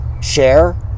share